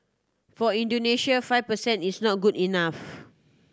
for Indonesia five per cent is not good enough